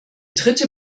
dritte